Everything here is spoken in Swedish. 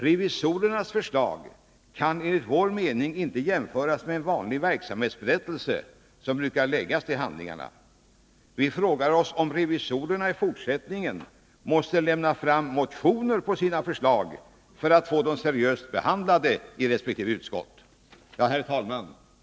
Revisorernas förslag kan enligt vår mening inte jämföras med en vanlig verksamhetsberättelse, som brukar läggas till handlingarna. Vi frågar oss, om revisorerna i fortsättningen måste lämna fram motioner på sina förslag för att få dem seriöst behandlade i resp. utskott. Herr talman!